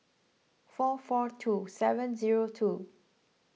four four two seven zero two